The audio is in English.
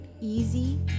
easy